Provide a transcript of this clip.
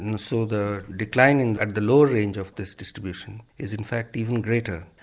and so the decline and at the low range of this distribution is in fact even greater.